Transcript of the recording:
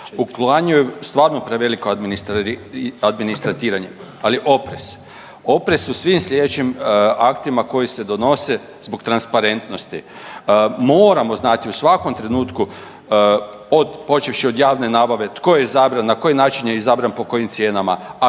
uklanjaju stvarno preveliko administratiranje, ali oprez, oprez u svim slijedećim aktima koji se donose zbog transparentnosti. Moramo znati u svakom trenutku od, počevši od javne nabave tko je izabran, na koji način je izabran po kojim cijenama, a kasnije